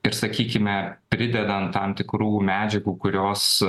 ir sakykime pridedant tam tikrų medžiagų kurios